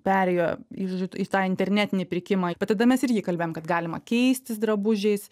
perėjo į žodžiu į tą internetinį pirkimą tada mes irgi kalbėjom kad galima keistis drabužiais